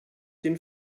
den